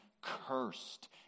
cursed